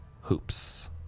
hoops